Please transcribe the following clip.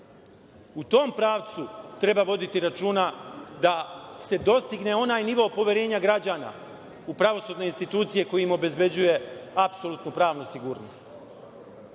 U tom pravcu treba voditi računa da se dostigne onaj nivo poverenja građana u pravosudne institucije koje im obezbeđuju apsolutnu pravnu sigurnost. Imamo